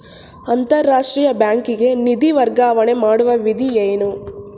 ಅಂತಾರಾಷ್ಟ್ರೀಯ ಬ್ಯಾಂಕಿಗೆ ನಿಧಿ ವರ್ಗಾವಣೆ ಮಾಡುವ ವಿಧಿ ಏನು?